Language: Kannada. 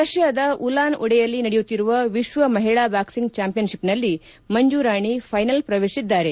ರಷ್ಲಾದ ಉಲಾನ್ ಉಡೆಯಲ್ಲಿ ನಡೆಯುತ್ತಿರುವ ವಿಶ್ವ ಮಹಿಳಾ ಬಾಕ್ಲಿಂಗ್ ಚಾಂಪಿಯನ್ ಷಿಪ್ನಲ್ಲಿ ಮಂಜುರಾಣಿ ಫೈನಲ್ ಪ್ರವೇಶಿಸಿದ್ದಾರೆ